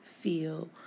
feel